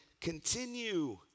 Continue